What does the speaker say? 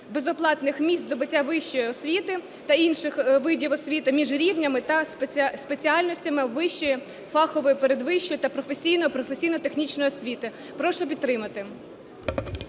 безоплатних місць здобуття вищої освіти та інших видів освіти між рівнями та спеціальностями вищої, фахової передвищої та професійної, професійно-технічної освіти. Прошу підтримати.